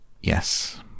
Yes